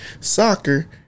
soccer